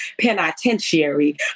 penitentiary